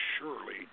surely